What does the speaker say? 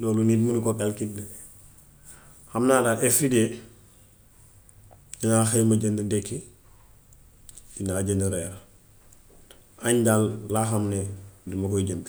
Loolu nit munu koo kalkil de. Xam naa daal efiry day, dinaa xëy ma jënd ndekki, naa jënd reer. Añ daal laa xam ne duma koy jënd.